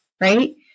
right